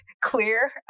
clear